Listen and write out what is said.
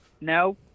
No